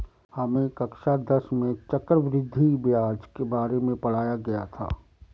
हमें कक्षा दस में चक्रवृद्धि ब्याज के विषय में पढ़ाया गया था